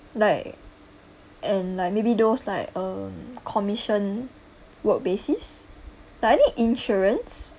like and like maybe those like um commission work basis but I think insurance